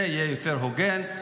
זה יהיה יותר הוגן,